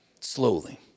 slowly